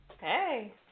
Hey